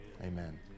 Amen